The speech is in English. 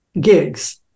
gigs